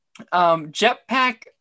Jetpack